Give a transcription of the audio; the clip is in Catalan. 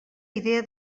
idea